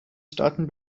staaten